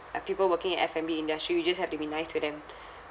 uh people working in F&B industry we just have to be nice to them